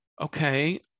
okay